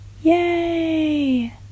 Yay